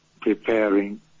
preparing